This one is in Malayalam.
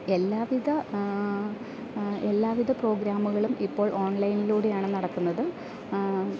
എല്ലാവിധ എല്ലാവിധ പ്രോഗ്രാമുകളും ഇപ്പോൾ ഓൺലൈനിലൂടെയാണ് നടക്കുന്നത്